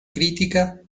crítica